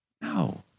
No